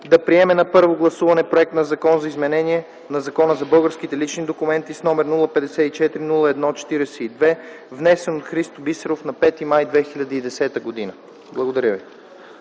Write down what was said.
да приеме на първо гласуване Законопроект за изменение на Закона за българските лични документи, № 054-01-42, внесен от Христо Бисеров на 5 май 2010 г.” Благодаря ви.